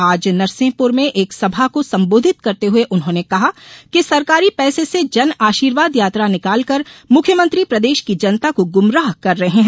आज नरसिंहपुर में एक सभा को संबोधित करते हुए उन्होंने कहा कि सरकारी पैसे से जन आर्शीवाद यात्रा निकाल कर मुख्यमंत्री प्रदेश की जनता को गुमराह कर रहे है